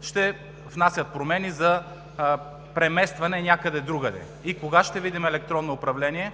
ще внасят промени за преместване някъде другаде. Кога ще видим електронно управление?